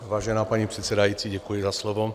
Vážená paní předsedající, děkuji za slovo.